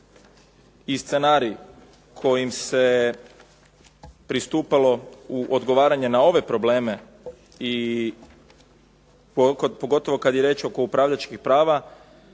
i scenarij kojim se pristupalo u odgovaranje na ove probleme i pogotovo kada je riječ oko upravljačkih prava